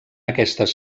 aquestes